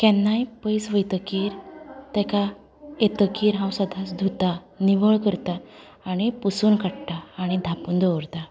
केन्नाय पयस वयतकीर तेका येतकीर हांव सदांच धुता निवळ करतां आनी पुसून काडटा आनी धांपून दवरता